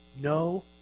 no